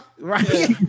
right